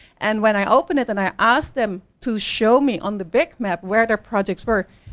and when i open it, then i ask them to show me on the big map where the projects were,